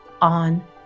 on